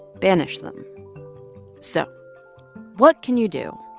banish them so what can you do?